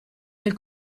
del